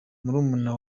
murumuna